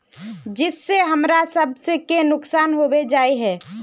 जिस से हमरा सब के नुकसान होबे जाय है?